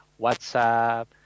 WhatsApp